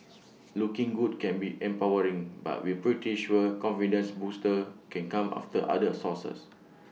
looking good can be empowering but we're pretty sure confidence boosters can come after other sources